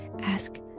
ask